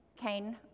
Cain